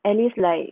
at least like